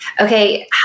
Okay